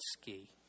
ski